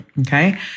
okay